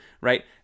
right